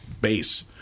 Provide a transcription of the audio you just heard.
base